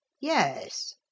yes